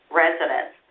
residents